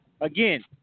Again